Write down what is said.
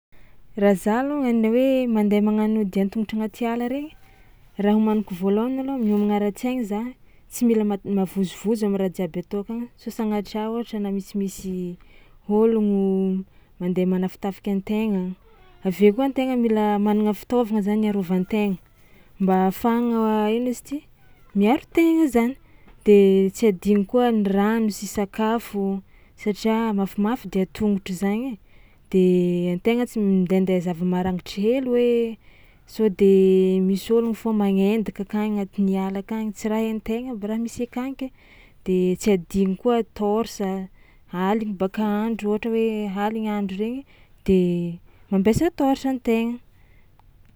Raha za alôgnany le hoe mandeha magnano dia an-tongotro agnaty ala regny, raha homaniko voalôhany malôha miomagna ara-tsaigny za tsy mila ma- mavozovozo am'raha jiaby ataoko agny sao sagnatria ohatra na misimisy ôlogno mandeha manafitafika an-tegna, avy koa an-tegna mila managna fitaovagna zany iarovan-tegna mba ahafahagna ino izy ty miaro tegna zany de tsy adino koa ny rano sy sakafo satria mafimafy dia an-tongotro zaigny ai de an-tegna tsy mindainday zava-marangitry hely hoe sao de misy ôlogno fao magnendaka akagny agnatin'ny ala akagny tsy raha hain-tegna aby raha misy akagny ke de tsy adino koa torche a aligny baka andro ohatra hoe aligny andro regny de mampiasa torche an-tegna.